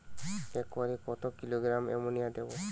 একরে কত kilogram ammonia দেবো?